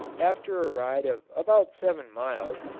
after a ride of about seven miles,